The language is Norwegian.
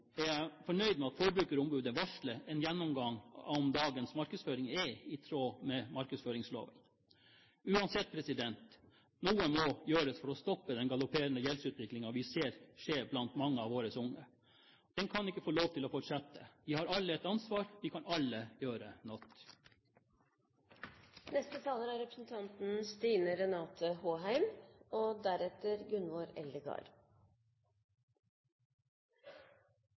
jeg fornøyd med at forbrukerombudet varsler en gjennomgang av om dagens markedsføring er i tråd med markedsføringsloven. Uansett, noe må gjøres for å stoppe den galopperende gjeldsutviklingen vi ser skje blant mange av våre unge. Den kan ikke få lov til å fortsette. Vi har alle et ansvar. Vi kan alle gjøre noe. Høyresiden fortsetter sitt ideologiske korstog mot en offentlig likestillingspolitikk. Det er interessant å se at høyresiden angriper Arbeiderpartiet og